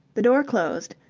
the door closed,